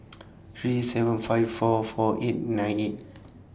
three seven five four four eight nine eight